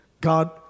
God